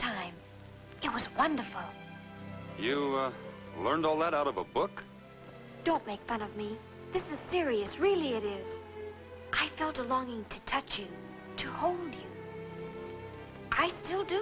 time it was wonderful you learned all that out of a book don't make fun of me this is serious really it is i felt a longing to touch to hold i still do